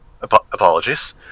Apologies